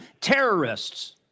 terrorists